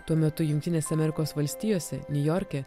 tuo metu jungtinėse amerikos valstijose niujorke